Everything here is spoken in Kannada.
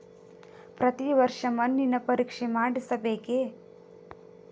ಪ್ರತಿ ವರ್ಷ ಮಣ್ಣಿನ ಪರೀಕ್ಷೆ ಮಾಡಿಸಬೇಕೇ?